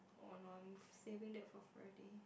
oh no I'm saving that for Friday